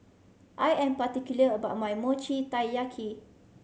I am particular about my Mochi Taiyaki